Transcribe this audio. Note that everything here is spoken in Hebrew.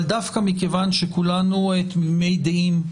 אבל דווקא מכיוון שכולנו תמימי דעים,